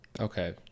Okay